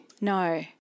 No